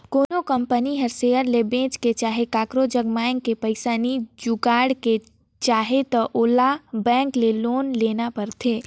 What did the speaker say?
कोनो कंपनी हर सेयर ल बेंच के चहे काकरो जग मांएग के पइसा नी जुगाड़ के चाहे त ओला बेंक ले लोन लेना परथें